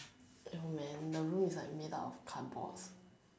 ya man the room is like made out of cardboards